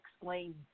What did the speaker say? explain